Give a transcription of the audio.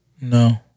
No